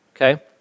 okay